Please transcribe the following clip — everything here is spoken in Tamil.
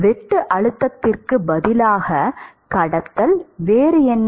வெட்டு அழுத்தத்திற்கு பதிலாக கடத்தல் வேறு என்ன